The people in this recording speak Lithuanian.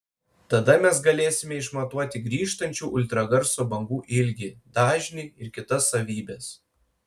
tada mes galėsime išmatuoti grįžtančių ultragarso bangų ilgį dažnį ir kitas savybes